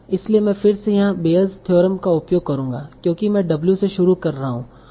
इसलिए मैं फिर से यहां बेयस थ्योरम का उपयोग करूंगा क्योंकि मैं W से शुरू कर रहा हूं और x पर जा रहा हूं